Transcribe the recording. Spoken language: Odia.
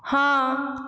ହଁ